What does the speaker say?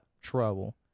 trouble